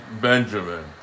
Benjamin